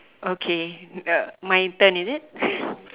okay uh my turn is it